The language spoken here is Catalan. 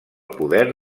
poder